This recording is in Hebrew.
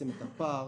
הפער